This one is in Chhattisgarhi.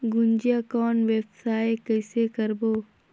गुनजा कौन व्यवसाय कइसे करबो?